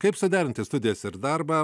kaip suderinti studijas ir darbą